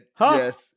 yes